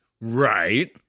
Right